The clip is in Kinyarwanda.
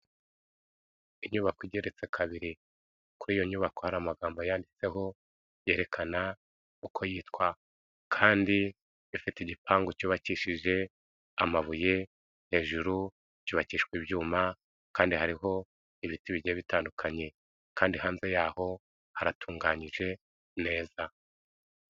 Inyubako igeretse kabiri kuri iyo nyubako hari amagambo yanditseho yerekana uko yitwa kandi ifite igipangu cyubakishije amabuye, hejuru cyubakishwa ibyuma kandi hariho ibiti bijya bitandukanye kandi hanze y'aho haratunganyijwe neza.